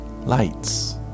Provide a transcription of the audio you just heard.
lights